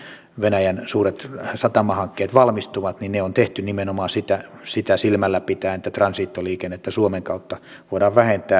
nämä venäjän suuret satamahankkeet valmistuvat ja nehän on tehty nimenomaan sitä silmällä pitäen että transitoliikennettä suomen kautta voidaan vähentää